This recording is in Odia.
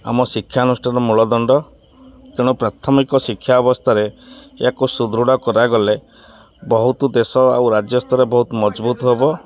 ଆମ ଶିକ୍ଷାନୁଷ୍ଠାନ ମୂଳଦଣ୍ଡ ତେଣୁ ପ୍ରାଥମିକ ଶିକ୍ଷା ଅବସ୍ଥାରେ ଏହାକୁ ସୁଦୃଢ଼ କରାଗଲେ ବହୁତ ଦେଶ ଆଉ ରାଜ୍ୟସ୍ତରେ ବହୁତ ମଜବୁତ ହବ